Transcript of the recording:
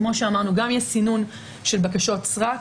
כמו שאמרנו גם יש סינון של בקשות סרק,